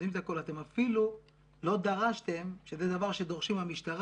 אתם אפילו לא דרשתם שזה דבר שהמשטרה